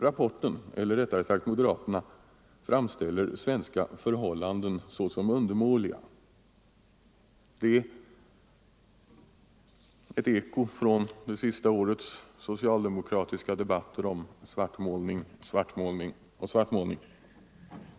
Rapporten, eller rättare sagt moderaterna, framställer svenska förhållanden såsom undermåliga — det påståendet är ett eko från det sista årets socialdemokratiska debatter om svartmålning, svartmålning och åter svartmålning.